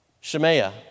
Shemaiah